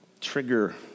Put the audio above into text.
Trigger